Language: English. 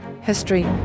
history